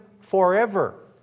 forever